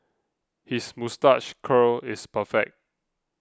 his moustache curl is perfect